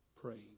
praying